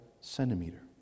centimeter